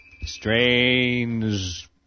Strange